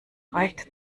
reicht